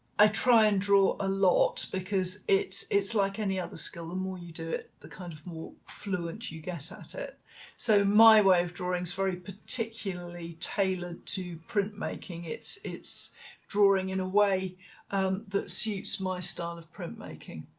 i try and draw a lot because it's it's like any other skill the more you do it the kind of more fluent you get at it so my way of drawing is very particularly tailored to printmaking it's it's drawing in a way that suits my style of printmaking.